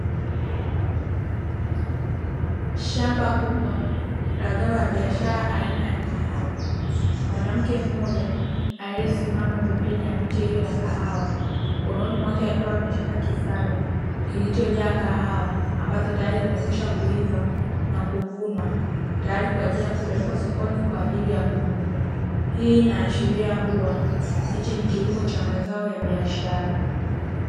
Shamba kubwa la zao la biashara aina ya kahawa, mwanamke mmoja aliyesimama pembeni ya miche hiyo ya kahawa mkononi mwake akiwa ameshika kisado kilichojaa kahawa ambazo tayari zimekwisha kuiva na kuvunwa tayari kwa ajili ya kupelekwa sokoni kwa ajili ya kuuzwa. Hii inaashiria kuwa hichi ni kilimo cha mazao ya biashara.